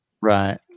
right